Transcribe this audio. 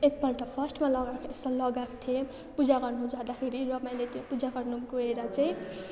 एकपल्ट फर्स्टमा लगाएर यसो लगाएको थिएँ पूजा गर्नु जाँदाखेरि र मैले त्यो पूजा गर्नु गएर चाहिँ